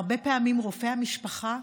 הרבה פעמים רופא המשפחה,